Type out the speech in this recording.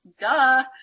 Duh